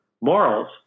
morals